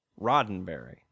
Roddenberry